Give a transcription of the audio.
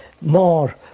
more